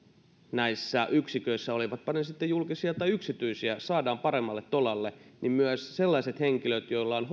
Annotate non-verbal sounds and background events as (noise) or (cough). näissä yksiköissä olivatpa ne sitten julkisia tai yksityisiä saadaan paremmalle tolalle niin myös sellaiset henkilöt joilla on (unintelligible)